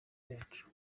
yacu